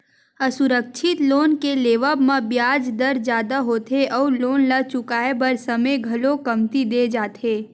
असुरक्छित लोन के लेवब म बियाज दर जादा होथे अउ लोन ल चुकाए बर समे घलो कमती दे जाथे